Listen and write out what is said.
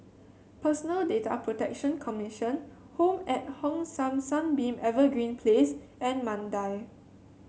Personal Data Protection Commission Home at Hong San Sunbeam Evergreen Place and Mandai